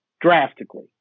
drastically